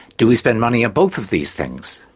do we spend money on both of these things,